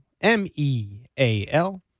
M-E-A-L